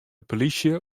polysje